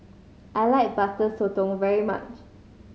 I like Butter Sotong very much